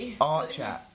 Archer